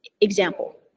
example